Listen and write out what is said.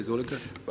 Izvolite.